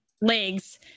legs